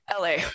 LA